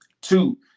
Two